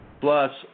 plus